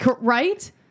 right